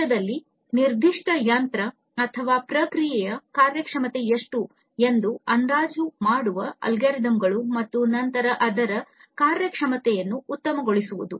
ಭವಿಷ್ಯದಲ್ಲಿ ನಿರ್ದಿಷ್ಟ ಯಂತ್ರ ಅಥವಾ ಪ್ರಕ್ರಿಯೆಯ ಕಾರ್ಯಕ್ಷಮತೆ ಎಷ್ಟು ಎಂದು ಅಂದಾಜು ಮಾಡುವ ಅಲ್ಗೊರಿದಮ್ಗಳು ಮತ್ತು ನಂತರ ಅದರ ಕಾರ್ಯಕ್ಷಮತೆಯನ್ನು ಉತ್ತಮಗೊಳಿಸುವುದು